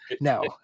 no